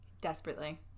Desperately